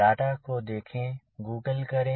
data को देखें Google करें